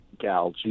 GAL